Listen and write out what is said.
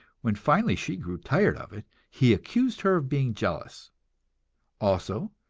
when finally she grew tired of it, he accused her of being jealous also,